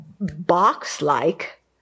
box-like